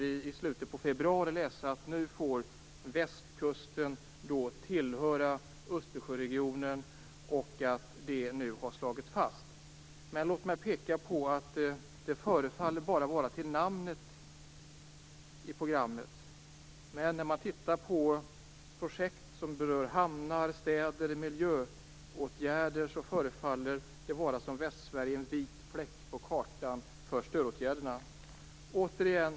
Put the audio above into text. I slutet på februari kunde vi läsa att det slagits fast att västkusten skulle få tillhöra Östersjöregionen. Det förefaller dock bara vara till namnet. När man studerar stödåtgärder som berör hamnar, städer, miljön osv. förefaller Västsverige vara en vit fläck på kartan.